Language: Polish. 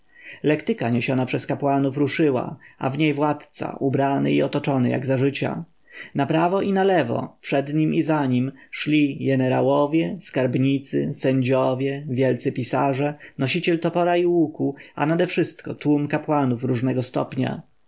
niesiona przez kapłanów ruszyła a w niej władca ubrany i otoczony jak za życia na prawo i na lewo przed nim i za nim szli jenerałowie skarbnicy sędziowie wielcy pisarze nosiciel topora i łuku a nadewszystko tłum kapłanów różnego stopnia